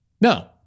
No